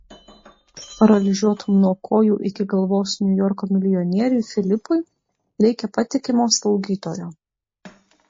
paralyžiuotam nuo kojų iki galvos niujorko milijonieriui filipui reikia patikimo slaugytojo